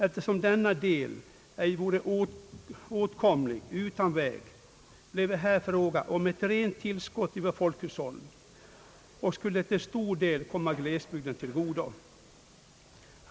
Eftersom denna del ej vore åtkomlig utan väg, bleve det här fråga om ett rent tillskott till vårt folkhushåll, ett tillskott som till stor del skulle komma glesbygden till godo.